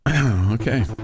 Okay